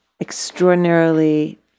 extraordinarily